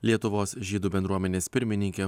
lietuvos žydų bendruomenės pirmininkė